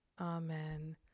Amen